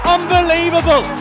Unbelievable